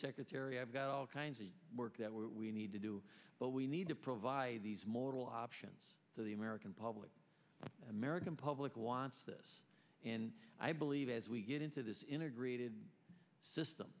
secretary i've got all kinds of work that we need to do but we need to provide these moral options to the american public american public wants this and i believe as we get into this integrated system